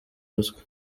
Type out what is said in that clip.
ruswa